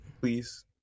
please